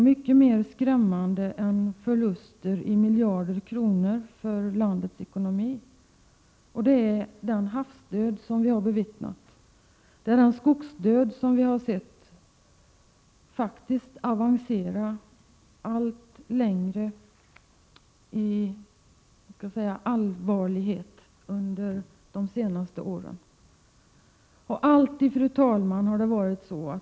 är mycket mera skrämmande än dessa miljardförluster för landets ekonomi och det är den havsdöd som har bevittnats och den skogsdöd som har blivit allt allvarligare under de senaste åren.